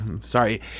sorry